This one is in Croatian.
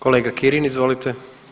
Kolega Kirin izvolite.